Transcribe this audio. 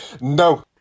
No